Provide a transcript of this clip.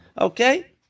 Okay